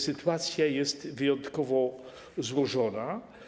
Sytuacja jest wyjątkowo złożona.